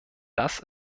das